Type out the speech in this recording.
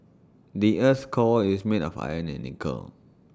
the Earth's core is made of iron and nickel